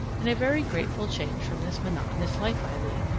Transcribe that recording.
and a very grateful change from this monotonous life i lead.